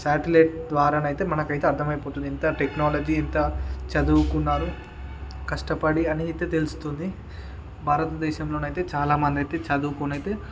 satellite ద్వారానైతే మనకైతే అర్థమైపోతుంది ఇంత టెక్నాలజీ ఇంత చదువుకున్నారు కష్టపడి అని అయితే తెలుస్తుంది భారతదేశంలోనైతే చాలా మందైతే చదువుకోనైతే